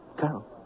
Carol